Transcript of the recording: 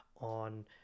on